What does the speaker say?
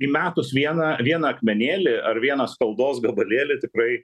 įmetus vieną vieną akmenėlį ar vieną skaldos gabalėlį tikrai